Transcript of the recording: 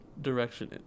direction